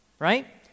Right